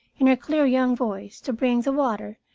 in her clear young voice, to bring the water,